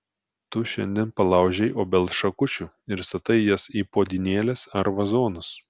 tu šiandien palaužei obels šakučių ir statai jas į puodynėles ar vazonus